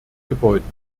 gebäuden